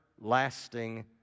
lasting